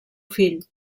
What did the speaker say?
fill